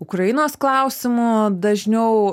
ukrainos klausimu dažniau